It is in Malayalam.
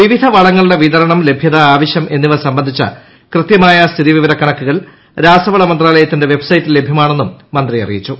വിവിധ വളങ്ങളുടെ വിതരണം ലഭ്യത ആവശ്യം എന്നിവ സംബന്ധിച്ച കൃത്യമായ സ്ഥിതിവിവര കണക്കുകൾ രാസവള മന്ത്രാലയത്തിന്റെ വെബ് സൈറ്റിൽ ലഭ്യമാണെന്നും മന്ത്രി അറിയിച്ചു